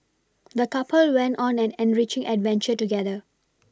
the couple went on an enriching adventure together